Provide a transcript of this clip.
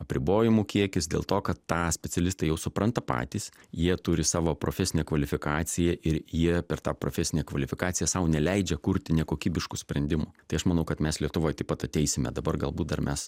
apribojimų kiekis dėl to kad tą specialistai jau supranta patys jie turi savo profesinę kvalifikaciją ir jie per tą profesinę kvalifikaciją sau neleidžia kurti nekokybiškų sprendimų tai aš manau kad mes lietuvoje taip pat ateisime dabar galbūt dar mes